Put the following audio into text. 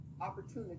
opportunity